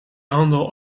handel